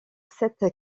cette